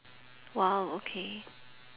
!wow! okay